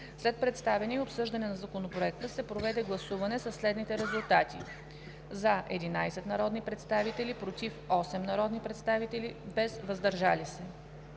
След представяне и обсъждане на Законопроекта се проведе гласуване със следните резултати: „за“ – 11 народни представители, „против“ – 8 народни представители, без „въздържали се“.